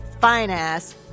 fine-ass